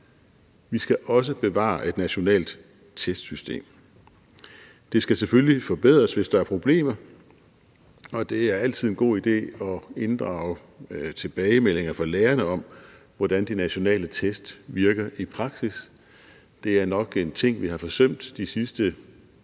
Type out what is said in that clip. vi skal også bevare et nationalt testsystem. Det skal selvfølgelig forbedres, hvis der er problemer, og det er altid en god idé at inddrage tilbagemeldinger fra lærerne om, hvordan de nationale test virker i praksis. Det er nok en ting, vi har forsømt de sidste